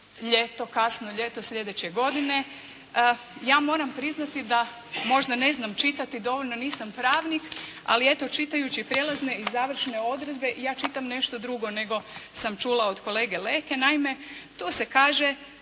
ljeto, kasno ljeto sljedeće godine. Ja moram priznati da, možda ne znam čitati dovoljno, nisam pravnik, ali eto čitajući prijelazne i završne odredbe, ja čitam nešto drugo nego sam čula od kolege Leke. Naime, tu se kaže